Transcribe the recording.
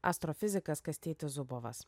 astrofizikas kastytis zubovas